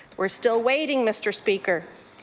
we're still waiting, mr. speaker.